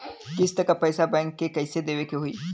किस्त क पैसा बैंक के कइसे देवे के होई?